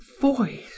voice